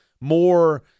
more